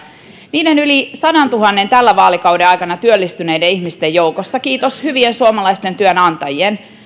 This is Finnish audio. niiden yli sadantuhannen tämän vaalikauden aikana työllistyneen ihmisen joukossa kiitos hyvien suomalaisten työnantajien